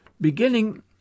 Beginning